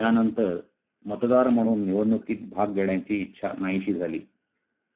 त्यानंतर मतदार म्हणून निवडणुकीत भाग घेण्याची इच्छा नाहीशी झाली